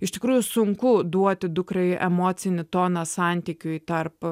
iš tikrųjų sunku duoti dukrai emocinį toną santykiui tarp